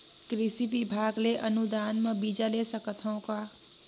कृषि विभाग ले अनुदान म बीजा ले सकथव का?